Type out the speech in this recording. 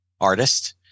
artist